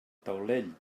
taulell